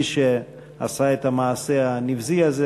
מי שעשה את המעשה הנבזי הזה,